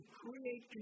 create